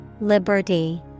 Liberty